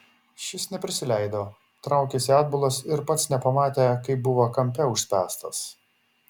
šis neprisileido traukėsi atbulas ir pats nepamatė kaip buvo kampe užspęstas